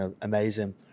amazing